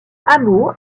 hameau